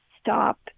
stop